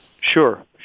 Sure